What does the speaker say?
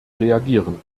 reagieren